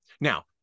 now